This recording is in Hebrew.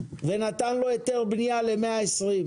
ונתן לו היתר בנייה ל-120.